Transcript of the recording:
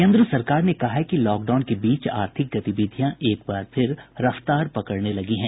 केन्द्र सरकार ने कहा है कि लॉकडाउन के बीच आर्थिक गतिविधियां एक बार फिर रफ्तार पकड़ने लगी हैं